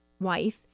wife